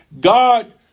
God